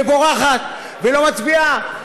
ובורחת ולא מצביעה.